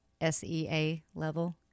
S-E-A-level